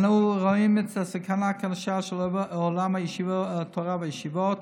אנו רואים את הסכנה הקשה על עולם התורה והישיבות,